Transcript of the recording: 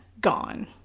gone